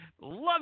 love